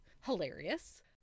hilarious